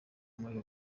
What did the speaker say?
muri